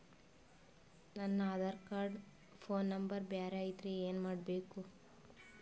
ನನ Aadhaar card phone number ಬ್ಯಾರೆ ಐತ್ರಿ ಏನ ಮಾಡಬೇಕು?